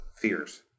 fears